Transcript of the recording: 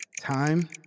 Time